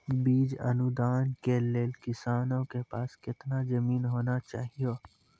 बीज अनुदान के लेल किसानों के पास केतना जमीन होना चहियों?